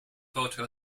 photo